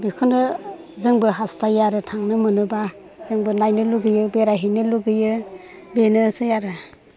बेखौनो जोंबो हास्थायो आरो थांनो मोनोबा जोंबो नायनो लुबैयो बेरायहैनो लुबैयो बेनोसै आरो